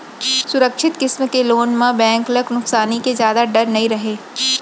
सुरक्छित किसम के लोन म बेंक ल नुकसानी के जादा डर नइ रहय